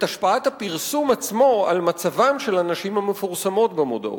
את השפעת הפרסום עצמו על מצבן של הנשים המפורסמות במודעות.